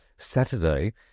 Saturday